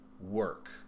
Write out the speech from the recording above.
work